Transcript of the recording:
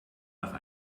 nach